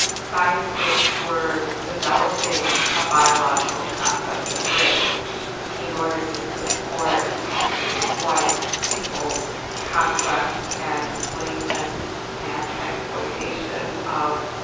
scientists were developing a biological concept of race in order to support white peoples' conquest and enslavement and exploitation of